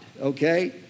Okay